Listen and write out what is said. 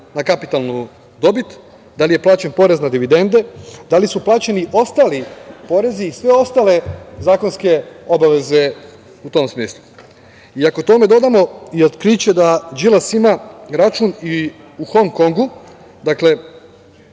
na kapitalnu dobit, da li je plaćen porez na dividende, da li su plaćeni ostali porezi i sve ostale zakonske obaveze u tom smislu?I ako tome dodamo i otkriće da Đilas ima račun i u Hong Kongu, dakle